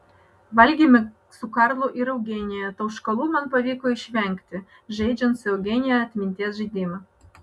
valgėme su karlu ir eugenija tauškalų man pavyko išvengti žaidžiant su eugenija atminties žaidimą